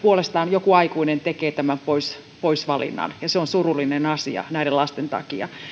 puolesta joku aikuinen tekee tämän poisvalinnan ja se on surullinen asia näiden lasten takia